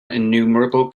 innumerable